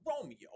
Romeo